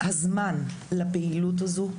הזמן לפעילות הזו,